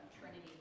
Trinity